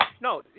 No